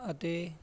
ਅਤੇ